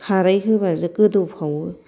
खारै होबा जे गोदौफावो